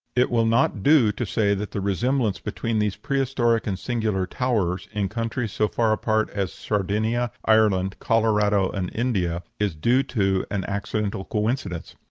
it will not do to say that the resemblance between these prehistoric and singular towers, in countries so far apart as sardinia, ireland, colorado, and india, is due to an accidental coincidence.